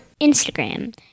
Instagram